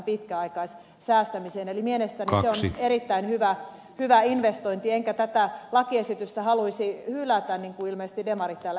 eli mielestäni se on erittäin hyvä investointi enkä tätä lakiesitystä haluaisi hylätä niin kuin ilmeisesti demarit täällä esittävät